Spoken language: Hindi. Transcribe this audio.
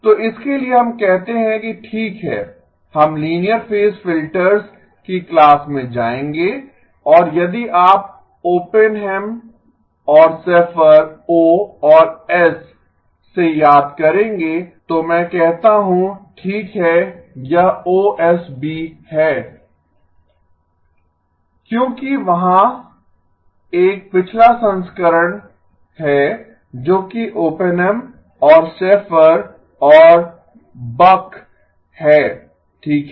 तो इसके लिए हम कहते हैं कि ठीक है हम लीनियर फेज फिल्टर्स की क्लास में जाएंगे और यदि आप ओपेनहेम और शेफ़र ओ और एस से याद करेंगे तो मैं कहता हूं ठीक है यह ओएसबी है क्योंकि वहाँ एक पिछला संस्करण है जो कि ओप्पेनहाइम और शेफ़र और बक है ठीक है